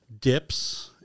dips